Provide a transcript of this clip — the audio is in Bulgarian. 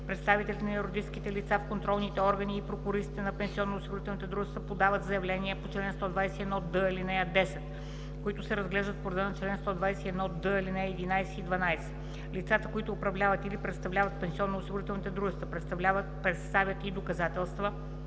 представителите на юридическите лица в контролните органи и прокуристите на пенсионноосигурителните дружества подават заявления по чл. 121д, ал. 10, които се разглеждат по реда на чл. 121д, ал. 11 и 12. Лицата, които управляват и представляват пенсионноосигурителните дружества, представят и доказателства,